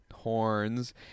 horns